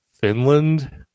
Finland